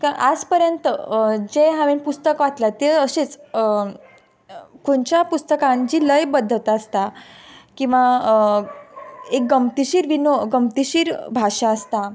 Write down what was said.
आज पर्यंत जें हांवें पुस्तक वातलां तें अशेंच खंच्या पुस्तकान जी लयबद्धता आसता किंवां एक गमतिशीर विनो गमतिशीर भाशा आसता